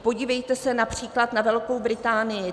Podívejte se například na Velkou Británii.